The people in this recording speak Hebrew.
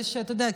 כי אתה יודע,